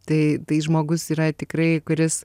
tai tai žmogus yra tikrai kuris